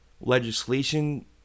legislation